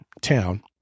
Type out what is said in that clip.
town